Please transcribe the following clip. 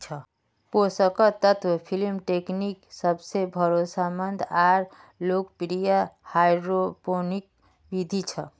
पोषक तत्व film technique सबसे भरोसामंद आर लोकप्रिय हाइड्रोपोनिक बिधि छ